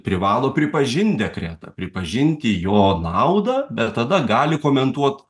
privalo pripažint dekretą pripažinti jo naudą bet tada gali komentuot